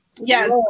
Yes